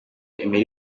emery